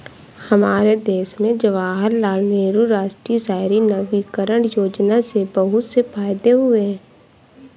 हमारे देश में जवाहरलाल नेहरू राष्ट्रीय शहरी नवीकरण योजना से बहुत से फायदे हुए हैं